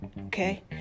okay